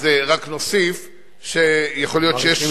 אז רק נוסיף שיכול להיות שיש,